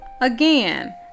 again